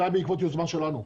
זה היה בעקבות יוזמה שלנו.